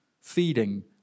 Feeding